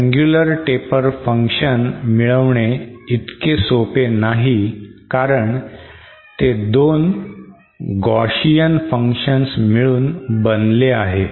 triangular taper function मिळवणे इतके सोपे नाही कारण ते दोन Gaussian functions मिळून बनले आहे